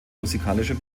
musikalischer